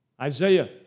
Isaiah